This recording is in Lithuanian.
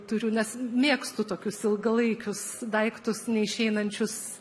turiu nes mėgstu tokius ilgalaikius daiktus neišeinančius